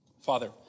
Father